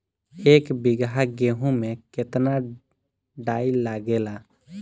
एक बीगहा गेहूं में केतना डाई लागेला?